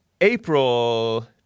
April